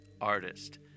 artist